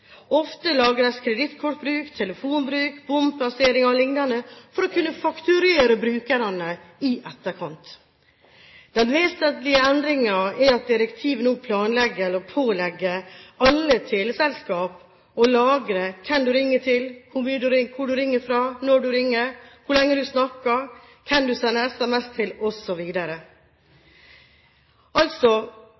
Ofte lagres kredittkortbruk, telefonbruk, bompasseringer og lignende for å kunne fakturere brukerne i etterkant. Den vesentlige endringen er at direktivet nå pålegger alle teleselskap å lagre hvem du ringer til, hvor du ringer fra, når du ringer, hvor lenge du snakker, hvem du sender SMS til,